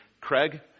Craig